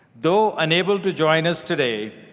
though unable to join us today,